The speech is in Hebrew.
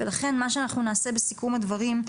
ולכן מה שנעשה בסיכום הדברים,